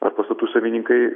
ar pastatų savininkai